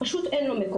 פשוט אין לו,